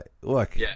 look